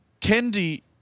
Kendi